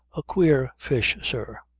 a queer fish, sir.